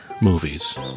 movies